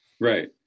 right